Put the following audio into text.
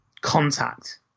contact